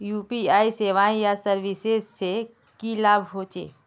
UPI सेवाएँ या services से की लाभ होचे?